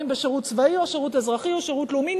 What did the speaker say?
אם בשירות צבאי או שירות אזרחי או שירות לאומי,